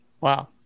Wow